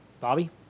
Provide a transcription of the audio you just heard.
Bobby